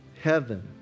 heaven